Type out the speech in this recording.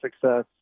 success